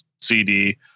CD